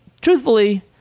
truthfully